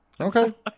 okay